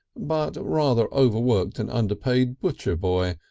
but rather over-worked and under-paid butcher boy,